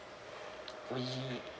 we